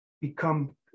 become